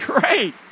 great